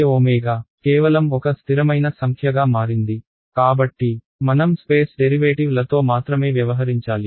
j కేవలం ఒక స్థిరమైన సంఖ్యగా మారింది కాబట్టి మనం స్పేస్ డెరివేటివ్లతో మాత్రమే వ్యవహరించాలి